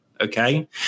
Okay